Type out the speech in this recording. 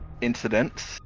incidents